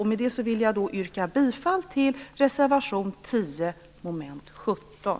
Med det anförda vill jag yrka bifall till reservation